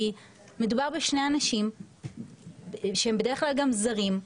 מדובר בשני אנשים שהם בדרך כלל גם זרים,